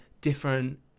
different